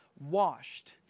Washed